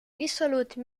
dissolute